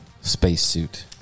spacesuit